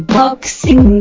boxing